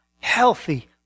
healthy